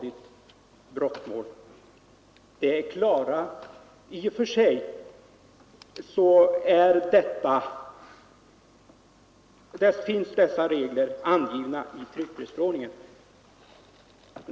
I och för sig finns dessa regler angivna i tryckfrihetsförordningen.